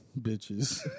bitches